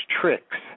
tricks